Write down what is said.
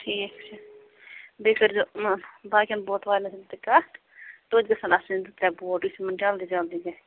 ٹھیٖک چھُ بیٚیہِ کٔرۍ زیو یِمن باقیَن بوٹ والٮ۪ن تہ کَتھ توتہِ گژھن آسٕنۍ زٕ ترٛےٚ بوٹ یُس یِمَن جلدی جلدی گژھِ